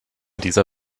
dieser